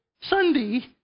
Sunday